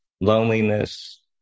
loneliness